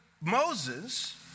Moses